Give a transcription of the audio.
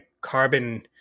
carbon